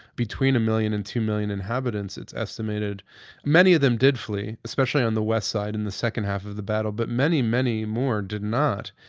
between a million and two million inhabitants. it's estimated many of them did flee, especially on the west side in the second half of the battle, but many, many more did not,